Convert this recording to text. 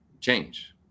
change